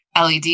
LED